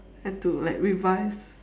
and to like revise